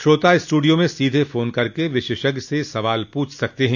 श्रोता स्ट्रडियो में सीधे फोन कर विशेषज्ञ से सवाल प्रछ सकते हैं